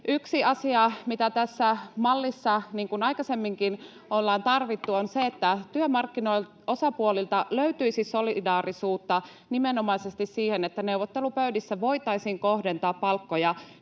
Yksi asia, mitä tässä mallissa aikaisemminkin ollaan tarvittu, on se, että työmarkkinaosapuolilta löytyisi solidaarisuutta nimenomaisesti siihen, että neuvottelupöydissä voitaisiin kohdentaa palkkoja